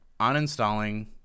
uninstalling